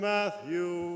Matthew